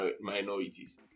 minorities